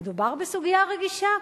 מדובר בסוגיה רגישה,